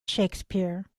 shakespeare